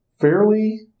fairly